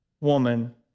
woman